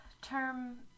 term